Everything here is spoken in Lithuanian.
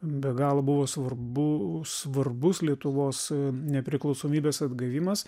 be galo buvo svarbu svarbus lietuvos nepriklausomybės atgavimas